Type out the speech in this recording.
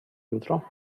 jutro